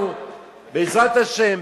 אנחנו בעזרת השם,